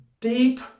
deep